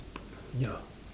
ya